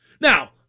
Now